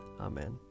Amen